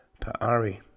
Pa'ari